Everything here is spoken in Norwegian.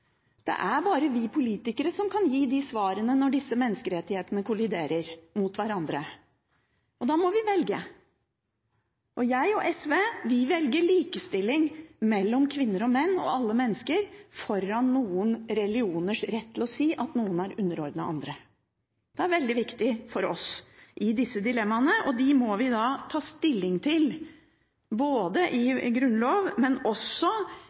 Det er bare vi politikere som kan gi svarene når disse menneskerettighetene kolliderer mot hverandre. Da må vi velge. Og jeg – og SV – velger likestilling mellom kvinner og menn og alle mennesker foran noen religioners rett til å si at noen er underordnet andre. Det er veldig viktig for oss, og disse dilemmaene må vi da ta stilling til, både